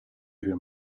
wiem